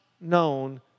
known